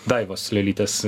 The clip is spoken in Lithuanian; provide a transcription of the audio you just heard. daivos lialytės